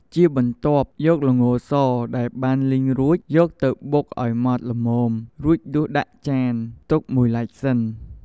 ជាបន្ទាប់យកល្ងរសដែលបានលីងរួចយកទៅបុកឲ្យម៉ត់ល្មមរួចដួសដាក់ចានទុកមួយឡែកសិន។